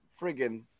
friggin